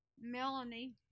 Melanie